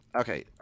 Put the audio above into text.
Okay